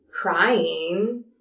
crying